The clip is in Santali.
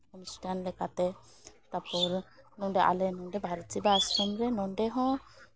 ᱚᱱᱩᱥᱴᱷᱟᱱ ᱞᱮᱠᱟᱛᱮ ᱛᱟᱨᱯᱚᱨ ᱟᱞᱮ ᱱᱚᱰᱮ ᱵᱷᱟᱨᱚᱛ ᱥᱮᱵᱟ ᱟᱥᱨᱚᱢ ᱨᱮ ᱱᱚᱰᱮ ᱦᱚᱸ